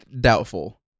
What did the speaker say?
Doubtful